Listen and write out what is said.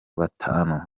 batanu